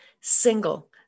single